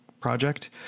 project